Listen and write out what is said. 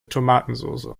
tomatensoße